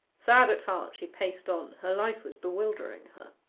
sad at heart she paced on her life was bewildering her.